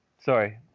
sorry